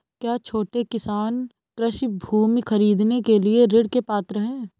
क्या छोटे किसान कृषि भूमि खरीदने के लिए ऋण के पात्र हैं?